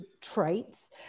traits